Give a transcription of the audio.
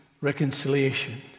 reconciliation